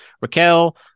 Raquel